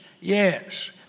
yes